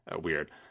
weird